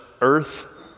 earth